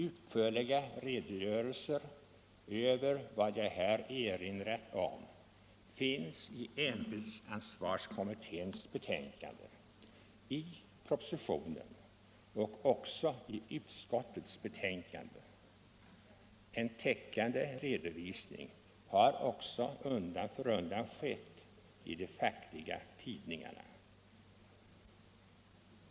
Utförliga redogörelser för vad jag här har erinrat om finns i ämbetsansvarskommitténs betänkande, i propositionen och även i utskottets betänkande. En täckande redovisning har också undan för undan lämnats i de fackliga tidningarna.